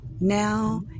Now